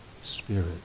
Spirit